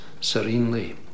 serenely